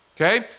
Okay